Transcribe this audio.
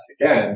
again